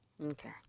okay